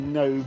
no